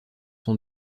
son